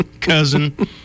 Cousin